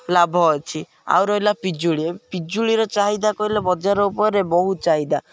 ଲାଭ ଅଛି ଆଉ ରହିଲା ପିଜୁଳି ପିଜୁଳିର ଚାହିଦା କହିଲେ ବଜାର ଉପରେ ବହୁତ ଚାହିଦା